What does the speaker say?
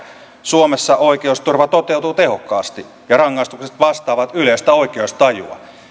suomessa oikeusturva toteutuu tehokkaasti ja rangaistukset vastaavat yleistä oikeustajua